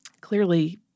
clearly